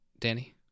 Danny